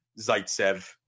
Zaitsev